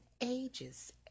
ages